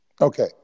Okay